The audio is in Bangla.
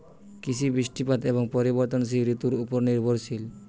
কৃষি বৃষ্টিপাত এবং পরিবর্তনশীল ঋতুর উপর নির্ভরশীল